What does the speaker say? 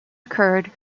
occurred